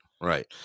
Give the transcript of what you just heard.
Right